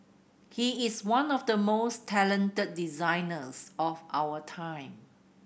he is one of the most talented designers of our time